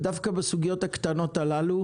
ודווקא בסוגיות הקטנות הללו,